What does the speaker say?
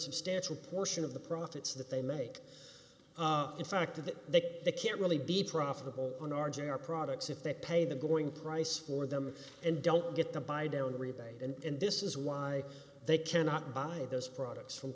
substantial portion of the profits that they make in fact that they can't really be profitable on r j are products if they pay the going price for them and don't get the buy down rebate and this is why they cannot buy those products from